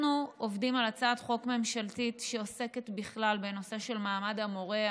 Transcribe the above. אנחנו עובדים על הצעת חוק ממשלתית שעוסקת בכלל בנושא של מעמד המורה,